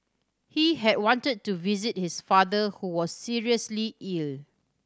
he had wanted to visit his father who was seriously ill